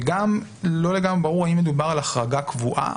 וגם לא לגמרי ברור האם מדובר על החרגה קבועה,